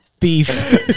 thief